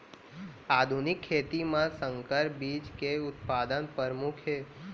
आधुनिक खेती मा संकर बीज के उत्पादन परमुख हे